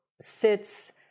sits